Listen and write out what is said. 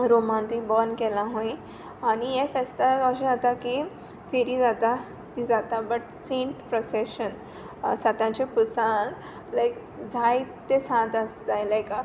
रोमांतूय बोन केलां खूंय आनी ह्या फेस्ताक ओशें जाता की फेरी कितें जाता कितें जाता बट सेंट प्रोसेशन साताच्या पुरसाक लायक जाय ते सांत आसताय लायक